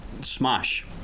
Smash